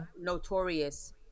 notorious